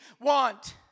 want